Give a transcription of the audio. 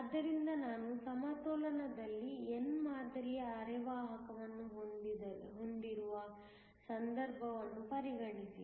ಆದ್ದರಿಂದ ನಾನು ಸಮತೋಲನದಲ್ಲಿ n ಮಾದರಿಯ ಅರೆವಾಹಕವನ್ನು ಹೊಂದಿರುವ ಸಂದರ್ಭವನ್ನು ಪರಿಗಣಿಸಿ